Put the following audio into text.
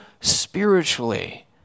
spiritually